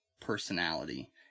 personality